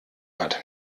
hat